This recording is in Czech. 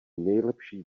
nejlepší